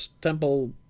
temple